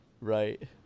Right